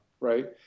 right